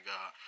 God